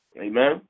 Amen